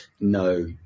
no